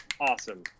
awesome